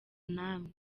namwe